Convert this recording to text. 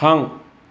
थां